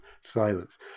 silence